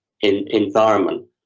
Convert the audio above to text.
environment